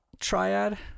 triad